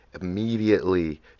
immediately